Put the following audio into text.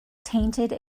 tainted